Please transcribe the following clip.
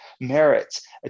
merits